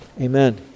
Amen